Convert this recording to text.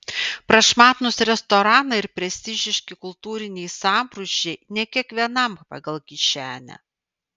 prašmatnūs restoranai ir prestižiški kultūriniai sambrūzdžiai ne kiekvienam pagal kišenę